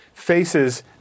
faces